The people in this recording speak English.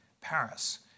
Paris